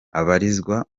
abarizwa